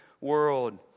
world